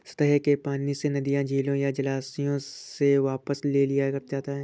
सतह के पानी से नदियों झीलों या जलाशयों से वापस ले लिया जाता है